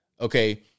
Okay